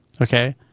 okay